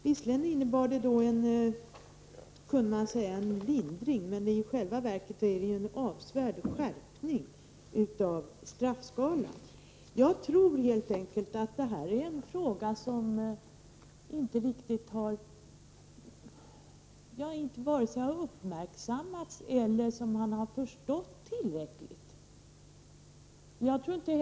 Visserligen kunde man säga att det innebär en lindring, men i själva verket är det en avsevärd skärpning av straffskalan. Jag tror helt enkelt att detta är en fråga som inte riktigt har uppmärksammats — eller som man inte har förstått tillräckligt.